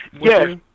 Yes